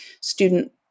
student